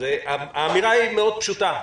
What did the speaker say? האמירה היא מאוד פשוטה.